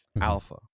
alpha